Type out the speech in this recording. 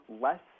less